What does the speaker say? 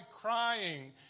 crying